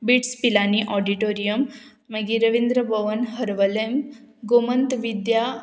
bits Pilani auditorium मागीर रविंद्र भवन हरवल एम गोमंत विद्या